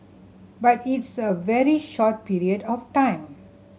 but it's a very short period of time